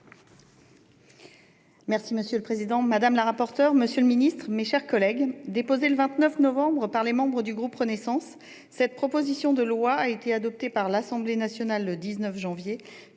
Monsieur le président, monsieur le ministre, mes chers collègues, déposée le 29 novembre 2022 par les membres du groupe Renaissance, cette proposition de loi a été adoptée par l'Assemblée nationale le 19 janvier